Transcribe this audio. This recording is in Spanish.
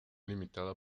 limitada